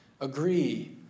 agree